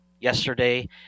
yesterday